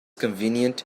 convenient